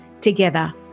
Together